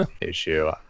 issue